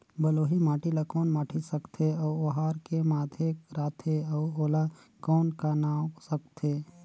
बलुही माटी ला कौन माटी सकथे अउ ओहार के माधेक राथे अउ ओला कौन का नाव सकथे?